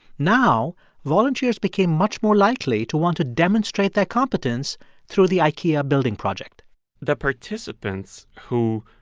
now volunteers became much more likely to want to demonstrate their competence through the ikea building project the participants who,